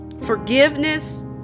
Forgiveness